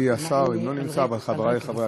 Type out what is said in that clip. על מה שהעלו כאן חברי הכנסת לפני,